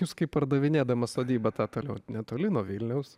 jūs kaip pardavinėdamas sodybą tą toliau netoli nuo vilniaus